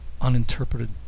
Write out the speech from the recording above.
uninterpreted